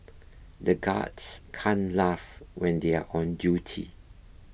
the guards can't laugh when they are on duty